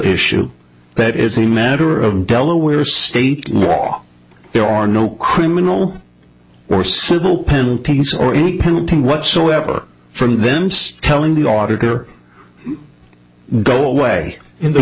issue that is a matter of delaware state law there are no criminal or civil penalties or any penalty whatsoever from them just telling the auditor go away in the